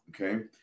Okay